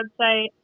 website